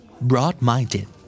Broad-minded